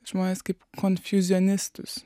žmones kaip konfjuzionistus